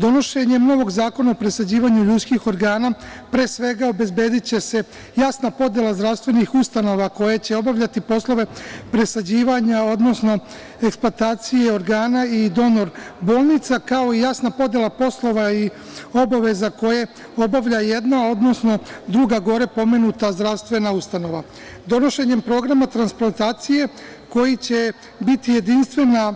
Donošenjem novog zakona o presađivanju ljudskih organa pre svega obezbediće se jasna podela zdravstvenih ustanova koje će obavljati poslove presađivanja odnosno eksploatacije organa i donor bolnica, kao i jasna podela poslova i obaveza koje obavlja jedna odnosno druga gore pomenuta zdravstvena ustanova. donošenje programa transplantacije koji će biti jedinstven na